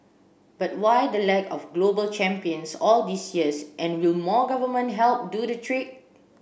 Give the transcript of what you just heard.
but why the lack of global champions all these years and will more government help do the trick